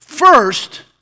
First